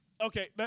okay